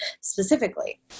specifically